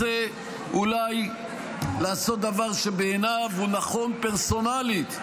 רוצה אולי לעשות דבר שבעיניו הוא נכון פרסונלית,